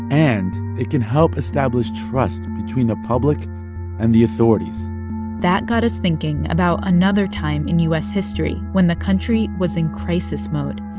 and it can help establish trust between the public and the authorities that got us thinking about another time in u s. history when the country was in crisis mode.